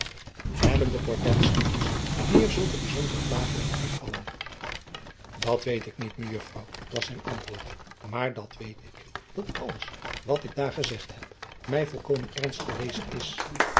ebben de ortraitschilders meer zulke bijzondere vlagen en uitvallen at weet ik niet ejuffrouw was zijn antwoord maar dat weet ik dat alles wat ik daar gezegd heb mij volkomen ernst geweest is